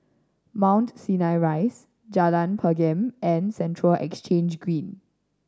Mount Sinai Rise Jalan Pergam and Central Exchange Green